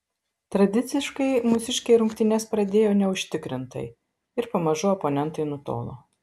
tradiciškai mūsiškiai rungtynes pradėjo neužtikrintai ir pamažu oponentai nutolo